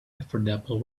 affordable